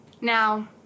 Now